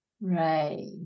right